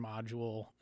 module